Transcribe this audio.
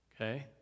Okay